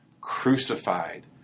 Crucified